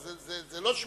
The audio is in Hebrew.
זו לא שמיטה.